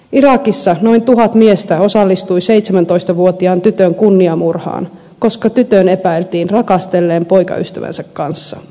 irakissa noin tuhat miestä osallistui seitsemäntoistavuotiaan tytön kunniamurhaan koska tytön epäiltiin rakastelleen poikaystävänsä kanssa